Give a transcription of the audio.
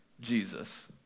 Jesus